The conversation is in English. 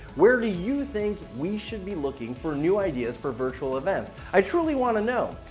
where do you think we should be looking for new ideas for virtual events? i truly wanna know,